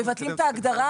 מבטלים את ההגדרה,